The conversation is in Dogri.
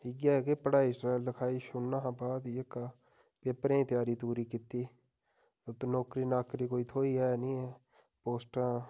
इ'यै के पढ़ाई लखाई छुड़ना हा बाद जेह्का पेपरें दी त्यारी त्युरी कीती उत्त नौकरी नाकरी कोई थ्होई ऐ नि ऐ पोस्टां